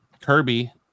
Kirby